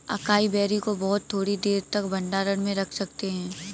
acai berry को बहुत थोड़ी देर तक भंडारण में रख सकते हैं